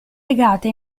legate